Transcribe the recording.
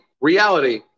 Reality